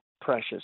Precious